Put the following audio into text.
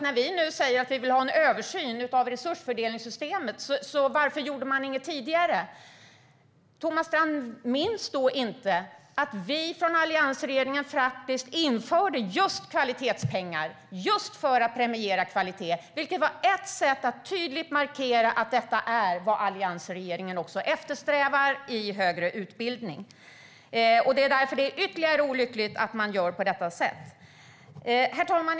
När vi nu säger att vi vill ha en översyn av resursfördelningssystemet säger Thomas Strand: Varför gjorde man inget tidigare? Thomas Strand minns då inte att alliansregeringen faktiskt införde just kvalitetspengar, just för att premiera kvalitet. Det var ett sätt att tydligt markera att det var vad alliansregeringen eftersträvade i högre utbildning. Det är därför det är ytterligare olyckligt att man gör på detta sätt. Herr talman!